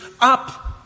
up